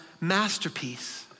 masterpiece